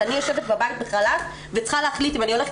ואני יושבת בבית בחל"ת וצריכה להחליט אם אני הולכת